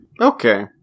Okay